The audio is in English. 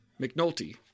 McNulty